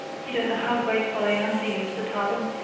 you don't know how grateful i am to you, mr. tarling,